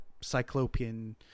cyclopean